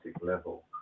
level